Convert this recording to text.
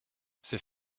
c’est